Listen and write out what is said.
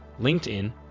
LinkedIn